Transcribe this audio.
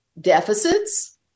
deficits